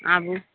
आबु